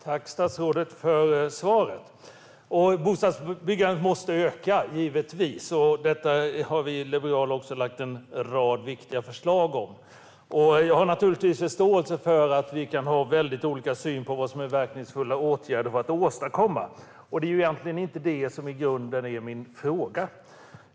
Herr talman! Tack, statsrådet, för svaret! Bostadsbyggandet måste givetvis öka. Detta har vi liberaler också lagt fram en rad viktiga förslag om. Jag har naturligtvis förståelse för att vi kan har väldigt olika syn på vad som är verkningsfulla åtgärder för att åstadkomma detta, och det är egentligen inte det som i grunden är min fråga.